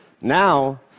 Now